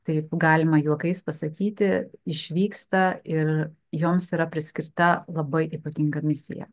taip galima juokais pasakyti išvyksta ir joms yra priskirta labai ypatinga misija